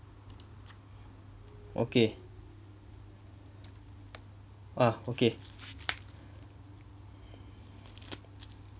okay ah okay